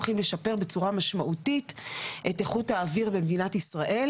הולכים לשפר בצורה משמעותית את איכות האוויר במדינת ישראל